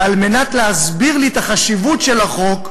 ועל מנת להסביר לי את חשיבות החוק,